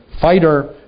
fighter